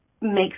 makes